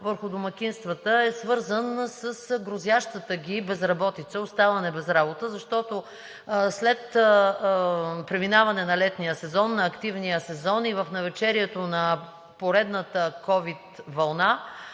върху домакинствата е свързан с грозящата ги безработица – оставане без работа, защото след преминаване на летния сезон, на активния сезон и в навечерието на поредната ковид вълна